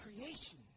creation